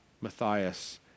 Matthias